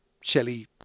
Shelley